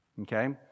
Okay